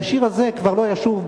והשיר הזה כבר לא ישוב,